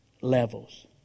levels